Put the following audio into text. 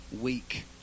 week